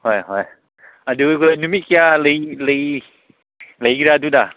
ꯍꯣꯏ ꯍꯣꯏ ꯑꯗꯨꯒ ꯅꯨꯃꯤꯠ ꯀꯌꯥ ꯂꯩꯒꯦꯔꯥ ꯑꯗꯨꯗ